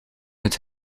het